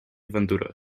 venturós